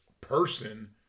person